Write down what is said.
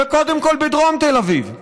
וקודם כול בדרום תל אביב.